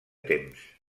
temps